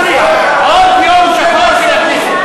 עוד יום שחור של הכנסת.